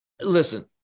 listen